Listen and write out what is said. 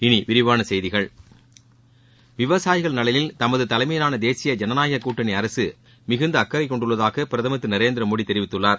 விரிவான செய்திகள் விவசாயிகள் நலனில் தமது தலைமையிலான தேசிய ஜனநாயக கூட்டணி அரசு மிகுந்த அக்கறை கொண்டுள்ளதாக பிரதமர் திரு நரேந்திர மோடி தெரிவித்துள்ளார்